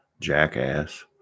jackass